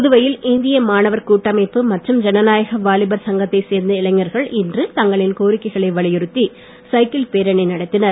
புதுவையில் இந்திய மாணவர் கூட்டமைப்பு மற்றும் ஜனநாயக வாலிபர் சங்கத்தைச் சேர்ந்த இளைஞர்கள் இன்று தங்களின் கோரிக்கைகளை வலியுறுத்தி சைக்கிள் பேரணி நடத்தினர்